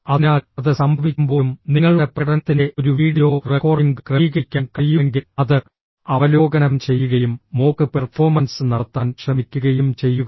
അതിനാൽ അത് സംഭവിക്കുമ്പോഴും നിങ്ങളുടെ പ്രകടനത്തിന്റെ ഒരു വീഡിയോ റെക്കോർഡിംഗ് ക്രമീകരിക്കാൻ കഴിയുമെങ്കിൽ അത് അവലോകനം ചെയ്യുകയും മോക്ക് പെർഫോമൻസ് നടത്താൻ ശ്രമിക്കുകയും ചെയ്യുക